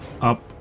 up